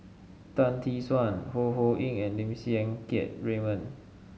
Tan Tee Suan Ho Ho Ying and Lim Siang Keat Raymond